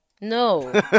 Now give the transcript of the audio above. No